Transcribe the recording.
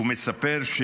מספר: